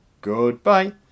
Goodbye